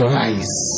rise